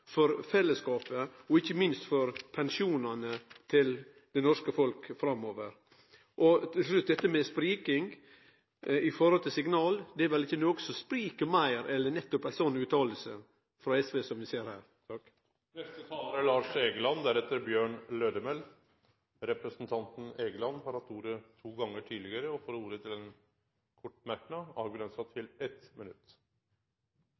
for fellesskapet og ikkje minst for pensjonane til det norske folket framover. Til slutt dette med spriking i forhold til signal: Det er vel ikkje noko som spriker meir enn ei slik utsegn som vi her høyrer frå SV. Representanten Lars Egeland har hatt ordet to gonger tidlegare i debatten og får ordet til ein kort merknad, avgrensa